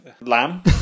lamb